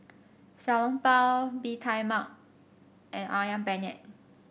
Xiao Long Bao Bee Tai Mak and ayam penyet